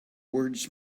words